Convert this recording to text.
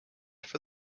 for